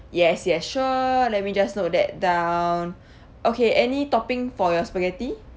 yes yes sure let me just note that down okay any topping for your spaghetti